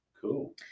Cool